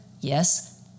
yes